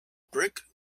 brick